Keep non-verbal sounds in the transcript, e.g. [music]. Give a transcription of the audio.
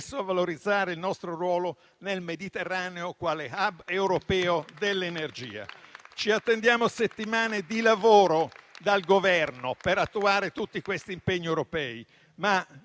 valorizzare il nostro ruolo nel Mediterraneo quale *hub* europeo dell'energia. [applause] Ci attendiamo settimane di lavoro dal Governo per attuare tutti questi impegni europei, ma